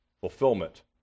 Fulfillment